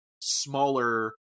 smaller